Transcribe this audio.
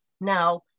Now